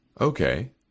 Okay